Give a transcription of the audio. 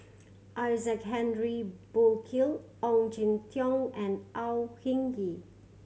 Isaac Henry Burkill Ong Jin Teong and Au Hing Yee